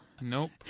Nope